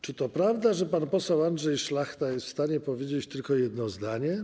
Czy to prawda, że pan poseł Andrzej Szlachta jest w stanie powiedzieć tylko jedno zdanie?